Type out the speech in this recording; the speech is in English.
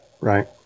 right